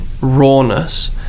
Rawness